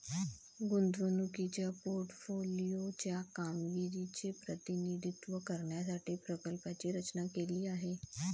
गुंतवणुकीच्या पोर्टफोलिओ च्या कामगिरीचे प्रतिनिधित्व करण्यासाठी प्रकल्पाची रचना केली आहे